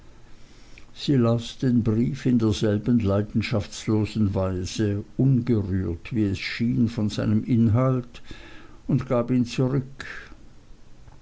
sie las den brief in derselben leidenschaftslosen weise ungerührt wie es schien von seinem inhalt und gab ihn zurück